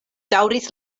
daŭris